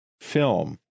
film